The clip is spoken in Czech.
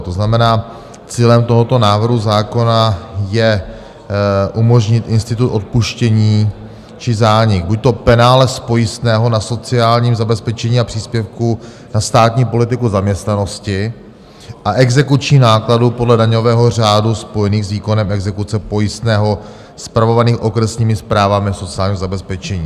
To znamená, cílem tohoto návrhu zákona je umožnit institut odpuštění či zánik buďto penále z pojistného na sociálním zabezpečení a příspěvku na státní politiku zaměstnanosti a exekučních nákladů podle daňového řádu spojených s výkonem exekuce pojistného, spravovaných okresními správami sociální zabezpečení.